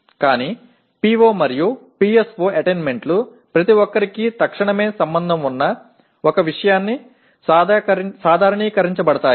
కానీ PO మరియు PSO అటైన్మెంట్లు ప్రతి ఒక్కరికీ తక్షణమే సంబంధం ఉన్న 1 విషయానికి సాధారణీకరించబడతాయి